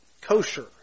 kosher